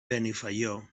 benifaió